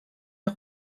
der